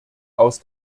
aus